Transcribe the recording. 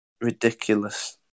Ridiculous